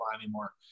anymore